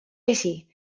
vesi